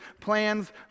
plans